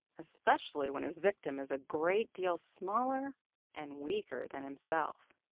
especially when his victim is a great deal smaller and weaker than himself.